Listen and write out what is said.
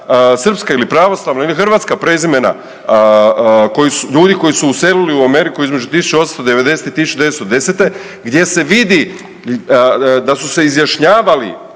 ili pravoslavna ili hrvatska prezimena ljudi koji su uselili u Ameriku između 1890.-1910. gdje se vidi da su se izjašnjavali